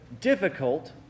difficult